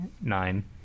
Nine